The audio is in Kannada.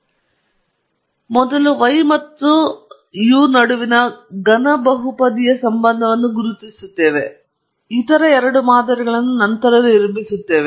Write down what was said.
ಸ್ಲೈಡ್ ಟೈಮ್ ಅನ್ನು ಗಮನಿಸಿ 2235 ನಾವು ಮೊದಲು y ಮತ್ತು u ನಡುವಿನ ಘನ ಬಹುಪದೀಯ ಸಂಬಂಧವನ್ನು ಗುರುತಿಸುತ್ತೇವೆ ಮತ್ತು ನಂತರ ಇತರ ಎರಡು ಮಾದರಿಗಳನ್ನು ನಿರ್ಮಿಸುತ್ತೇವೆ ಮತ್ತು ಅದನ್ನು ಇಲ್ಲಿ ನಾನು ಮಾಡೋಣ